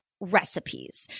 recipes